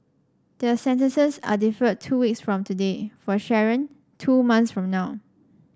their sentences are deferred two weeks from today for Sharon two months from now